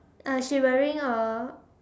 uh she wearing a